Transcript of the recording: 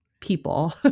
people